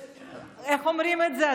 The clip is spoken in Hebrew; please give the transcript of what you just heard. איך אומרים את זה,